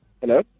Hello